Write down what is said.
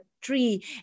tree